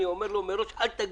אני אומר לו מראש: אל תגיש,